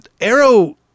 Arrow